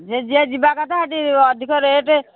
ଯିଏ ଯିଏ ଯିବା କଥା ସେଠି ଅଧିକ ରେଟ୍